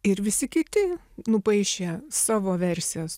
ir visi kiti nupaišė savo versijas